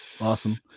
awesome